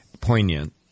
poignant